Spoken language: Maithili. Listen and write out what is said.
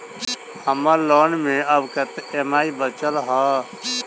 हम्मर लोन मे आब कैत ई.एम.आई बचल ह?